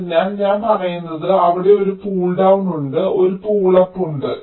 അതിനാൽ ഞാൻ പറയുന്നത് അവിടെ ഒരു പുൾ ഡൌൺ ഉണ്ട് ഒരു പുൾ അപ്പ് ഉണ്ട്